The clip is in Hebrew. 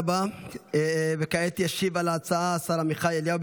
אני שומע את זעקת המילואימניקים.